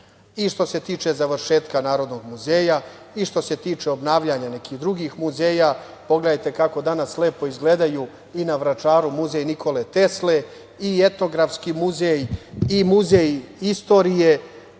i što se tiče završetka Narodnog muzeja, i što se tiče obnavljanja nekih drugih muzeja. Pogledajte kako danas lepo izgledaju i na Vračaru Muzej Nikole Tesle i Etnografski muzej i Muzej istorije,